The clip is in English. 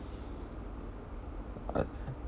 uh